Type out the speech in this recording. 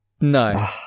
No